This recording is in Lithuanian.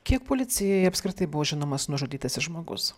kiek policijai apskritai buvo žinomas nužudytasis žmogus